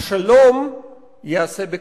השלום ייעשה בקושי.